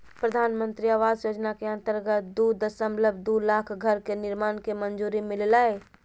प्रधानमंत्री आवास योजना के अंतर्गत दू दशमलब दू लाख घर के निर्माण के मंजूरी मिललय